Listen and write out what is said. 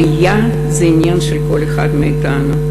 עלייה זה עניין של כל אחד מאתנו.